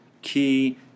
key